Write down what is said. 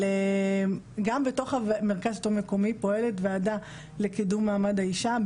גם בתוך מרכז שלטון מקומי פועלת ועדה לקידום מעמד האישה,